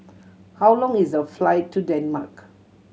how long is the flight to Denmark